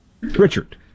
Richard